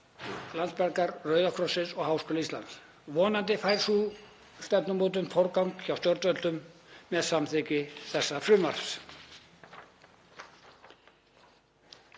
Landsbjargar, Rauða krossins og Háskóla Íslands. Vonandi fær sú stefnumótun forgang hjá stjórnvöldum með samþykkt þessa frumvarps.